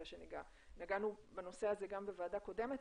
נגענו בנושא הבא גם בוועדה הקודמת,